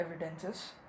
evidences